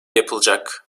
yapılacak